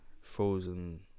frozen